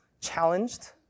challenged